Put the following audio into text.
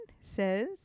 says